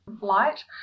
light